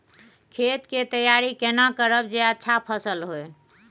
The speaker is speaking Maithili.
खेत के तैयारी केना करब जे अच्छा फसल होय?